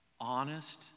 honest